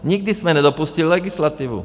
Nikdy jsme nedopustili legislativu.